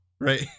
Right